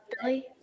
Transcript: Billy